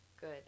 good